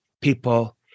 people